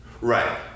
Right